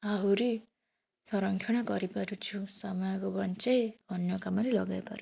ଆହୁରି ସଂରକ୍ଷଣ କରିପାରୁଛୁ ସମୟକୁ ବଞ୍ଚେଇ ଅନ୍ୟ କାମରେ ଲଗେଇପାରୁ